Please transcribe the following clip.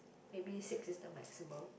maybe six is the maximum